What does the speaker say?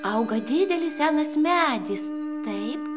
auga didelis senas medis taip